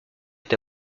est